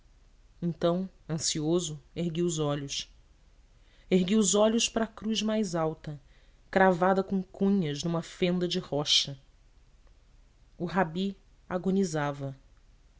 então ansioso ergui os olhos ergui os olhos para a cruz mais alta cravada com cunhas numa fenda de rocha o rabi agonizava